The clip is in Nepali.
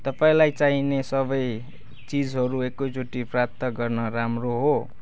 तपाईँँलाई चाहिने सबै चिजहरू एकैचोटि प्राप्त गर्न राम्रो हो